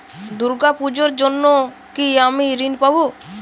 দুর্গা পুজোর জন্য কি আমি ঋণ পাবো?